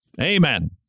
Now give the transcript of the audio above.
Amen